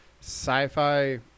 sci-fi